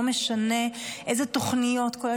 לא משנה איזה תוכניות עשינו,